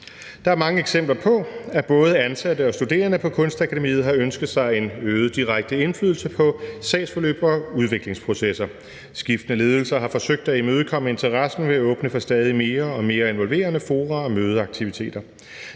»Der er mange eksempler på, at både ansatte og studerende på Kunstakademiet har ønsket sig en øget direkte indflydelse på sagsforløb og udviklingsprocesser. Skiftende ledelser har forsøgt at imødekomme interessen ved at åbne for stadig mere og mere involverende fora og mødeaktiviteter.